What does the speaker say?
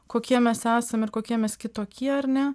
kokie mes esam ir kokie mes kitokie ar ne